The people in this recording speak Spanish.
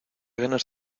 ganas